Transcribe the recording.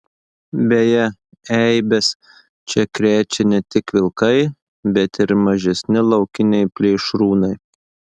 beje eibes čia krečia ne tik vilkai bet ir mažesni laukiniai plėšrūnai